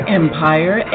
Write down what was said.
empire